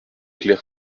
clair